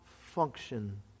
function